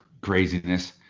craziness